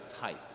type